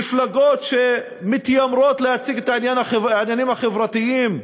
מפלגות שמתיימרות להציג את העניינים החברתיים: